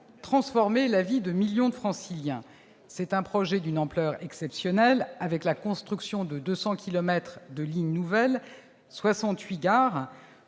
transformer la vie de millions de Franciliens. C'est un projet d'une ampleur exceptionnelle, avec la construction de 200 kilomètres de lignes nouvelles, 68 gares.